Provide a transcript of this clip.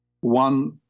one